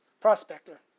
Prospector